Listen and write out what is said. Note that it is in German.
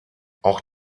auch